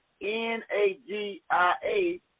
N-A-G-I-A